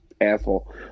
Asshole